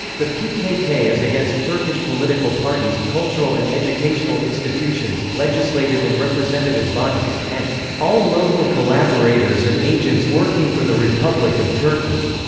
the pkk is against turkish political parties, cultural and educational institutions, legislative and representative bodies, and all local collaborators and agents working for the republic of turkey.